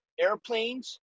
airplanes